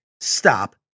Stop